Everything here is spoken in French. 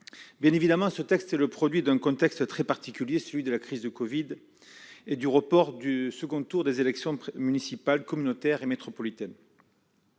Bien évidemment, ce texte est le produit d'un contexte très particulier, celui de la crise du Covid-19 et du report du second tour des élections municipales, communautaires et métropolitaines.